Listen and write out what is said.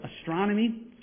astronomy